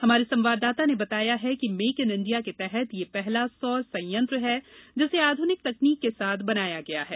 हमारे संवाददाता ने बताया है कि मेक इन इंडिया के तहत यह पहला सोलर प्लांट है जिसे आधुनिक तकनीक के साथ बनाया है